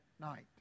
night